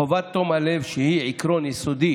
חובת תום הלב, שהיא עיקרון יסודי